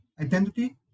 identity